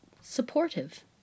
supportive